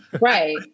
Right